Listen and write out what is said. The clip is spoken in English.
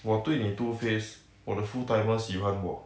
我对你 two faced 我的 full timers 喜欢我